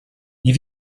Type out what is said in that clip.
nie